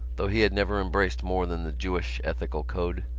though he had never embraced more than the jewish ethical code,